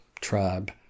tribe